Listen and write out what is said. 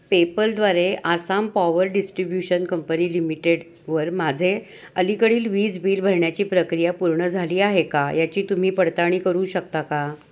पेपलद्वारे Assam power distribution company लिमिटेडवर माझे अलीकडील वीज बिल भरण्याची प्रक्रिया पूर्ण झाली आहे का याची तुम्ही पडताळणी करू शकता का